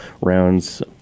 rounds